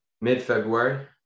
mid-february